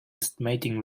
estimating